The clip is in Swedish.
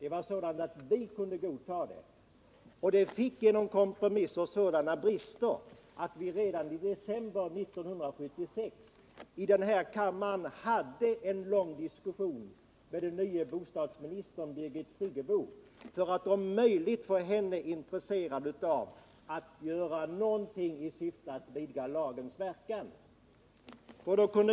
Till följd av kompromisser fick det sådana brister att vi redan i december 1976 hade en lång diskussion i denna kammare med den nya bostadsministern Birgit Friggebo för att om möjligt intressera henne för att göra någonting för att förbättra lagens verkan.